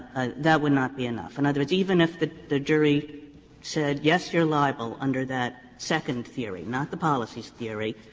that would not be enough? in other words, even if the the jury said yes, you are liable under that second theory not the policy so theory,